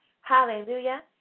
Hallelujah